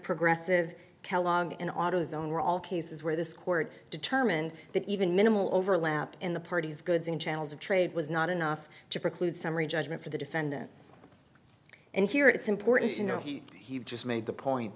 progressive kellogg and autozone were all cases where this court determined that even minimal overlap in the parties goods and chattels of trade was not enough to preclude summary judgment for the defendant and here it's important to know he just made the point